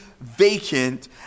vacant